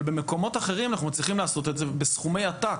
אבל במקומות אחרים אנחנו צריכים לעשות את זה בסכומי עתק,